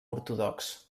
ortodox